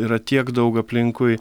yra tiek daug aplinkui